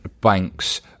banks